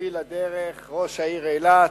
חברי לדרך, ראש העיר אילת,